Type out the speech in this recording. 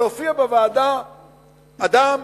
אבל הופיע בוועדה אדם,